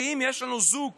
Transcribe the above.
שאם יש לנו זוג